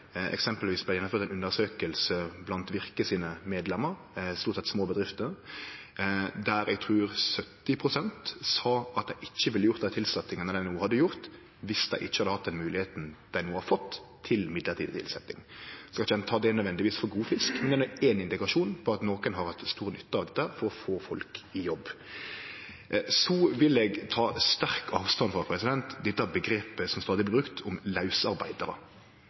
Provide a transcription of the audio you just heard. blant Virke sine medlemar, stort sett små bedrifter, trur eg 70 pst. sa at dei ikkje ville ha gjort dei tilsetjingane dei no hadde gjort, dersom dei ikkje hadde hatt det høvet dei no har fått, til midlertidig tilsetjing. No skal ein ikkje nødvendigvis ta det for god fisk, men det er ein indikasjon på at nokre har hatt stor nytte av dette for å få folk i jobb. Så vil eg ta sterk avstand frå dette omgrepet som stadig